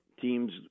teams